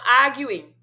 arguing